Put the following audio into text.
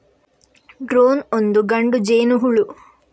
drone ಒಂದು ಗಂಡು ಜೇನುಹುಳು